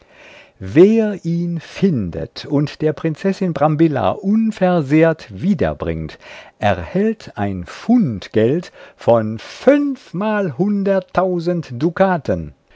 wer ihn findet und der prinzessin brambilla unversehrt wiederbringt erhält ein fundgeld von fünfmalhunderttausend dukaten